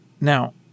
Now